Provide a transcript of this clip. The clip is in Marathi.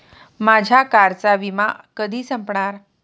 माझ्या कारचा विमा कधी संपणार